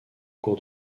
cours